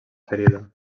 ferida